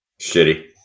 shitty